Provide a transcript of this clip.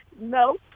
No